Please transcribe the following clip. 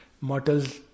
mortals